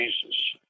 Jesus